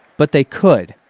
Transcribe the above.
but they could.